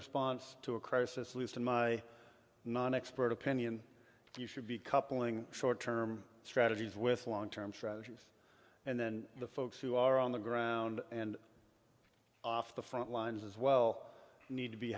response to a crisis least in my non expert opinion you should be coupling short term strategies with long term strategies and then the folks who are on the ground and off the front lines as well need to be